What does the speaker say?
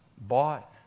bought